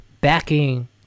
backing